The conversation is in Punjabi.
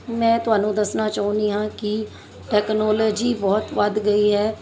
ਮੈਂ ਤੁਹਾਨੂੰ ਦੱਸਣਾ ਚਾਹੁੰਦੀ ਹਾਂ ਕਿ ਟੈਕਨੋਲਜੀ ਬਹੁਤ ਵੱਧ ਗਈ ਹੈ